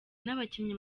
n’abakinnyi